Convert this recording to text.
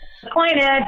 Disappointed